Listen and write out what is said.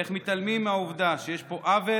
ואיך מתעלמים מהעובדה שיש פה עוול